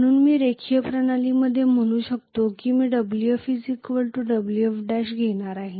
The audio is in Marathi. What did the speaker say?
म्हणून मी रेखीय प्रणालीमध्ये म्हणू शकतो की मी Wf Wf' घेणार आहे